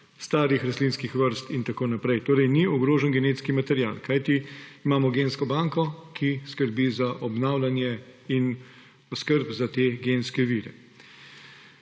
starih rastlinskih vrst in tako naprej. Torej ni ogrožen genetski material, kajti imamo gensko banko, ki skrbi za obnavljanje in skrbi za te genske vire.